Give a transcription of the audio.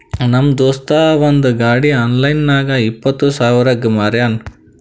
ನಮ್ ದೋಸ್ತ ಅವಂದ್ ಗಾಡಿ ಆನ್ಲೈನ್ ನಾಗ್ ಇಪ್ಪತ್ ಸಾವಿರಗ್ ಮಾರ್ಯಾನ್